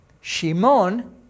Shimon